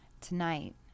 tonight